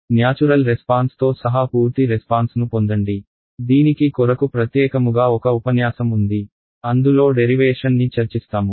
natural response తో సహా పూర్తి రెస్పాన్స్ ను పొందండి దీనికి కొరకు ప్రత్యేకముగా ఒక ఉపన్యాసం ఉంది అందులో డెరివేషన్ ని చర్చిస్తాము